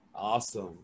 Awesome